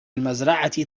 المزرعة